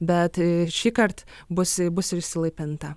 bet šįkart bus bus ir išsilaipinta